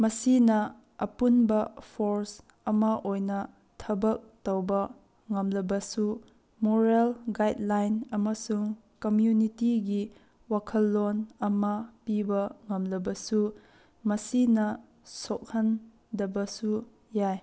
ꯃꯁꯤꯅ ꯑꯄꯨꯟꯕ ꯐꯣꯔꯁ ꯑꯃ ꯑꯣꯏꯅ ꯊꯕꯛ ꯇꯧꯕ ꯉꯝꯂꯕꯁꯨ ꯃꯣꯔꯦꯜ ꯒꯥꯏꯠꯂꯥꯏꯟ ꯑꯃꯁꯨꯡ ꯀꯃ꯭ꯌꯨꯅꯤꯇꯤꯒꯤ ꯋꯥꯈꯜꯂꯣꯟ ꯑꯃ ꯄꯤꯕ ꯉꯝꯂꯕꯁꯨ ꯃꯁꯤꯅ ꯁꯣꯛꯍꯟꯗꯕꯁꯨ ꯌꯥꯏ